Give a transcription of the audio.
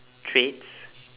traits